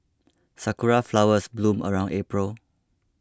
sakura flowers bloom around April